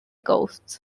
coast